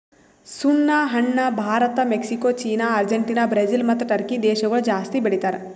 ಸುಣ್ಣ ಹಣ್ಣ Bharat, Mexico, China, Argentina, Brazil ಮತ್ತ ಟರ್ಕಿ ದೇಶಗೊಳ್ ಜಾಸ್ತಿ ಬೆಳಿತಾರ್